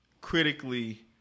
critically